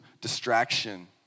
distraction